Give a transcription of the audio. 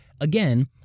Again